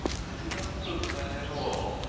i do not approve of that at all.